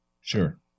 Sure